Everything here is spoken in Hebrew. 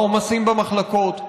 העומסים במחלקות.